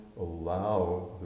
allow